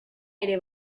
ere